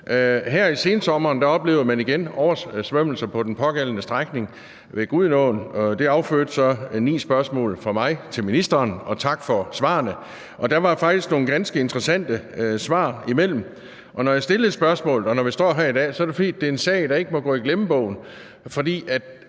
Her i sensommeren oplevede man igen oversvømmelser på den pågældende strækning ved Gudenåen. Det affødte så ni spørgsmål fra mig til ministeren – og tak for svarene – og der var faktisk nogle ganske interessante svar imellem. Og når jeg stillede spørgsmålet, og når vi står her i dag, så er det, fordi det er en sag, der ikke må gå i glemmebogen.